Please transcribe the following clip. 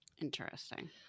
Interesting